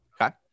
Okay